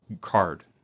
card